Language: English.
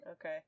Okay